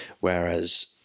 whereas